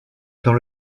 dans